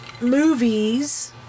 movies